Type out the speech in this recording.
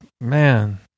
Man